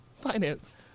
Finance